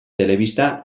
telebista